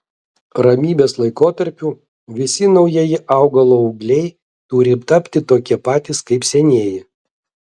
ramybės laikotarpiu visi naujieji augalo ūgliai turi tapti tokie patys kaip senieji